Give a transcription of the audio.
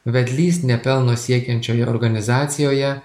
vedlys nepelno siekiančioj organizacijoje